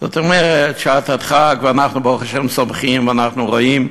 זאת אומרת, אנחנו ברוך השם סומכים ואנחנו רואים: